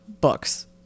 books